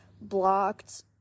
blocked